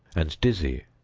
and dizzy,